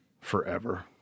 forever